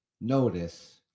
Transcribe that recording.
notice